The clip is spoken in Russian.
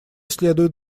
следует